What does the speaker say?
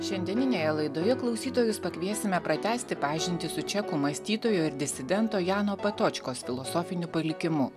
šiandieninėje laidoje klausytojus pakviesime pratęsti pažintį su čekų mąstytojo ir disidento jano patočkos filosofiniu palikimu